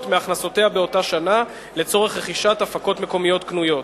מהכנסותיה באותה שנה לצורך רכישת הפקות מקומיות קנויות.